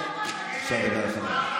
לדבר?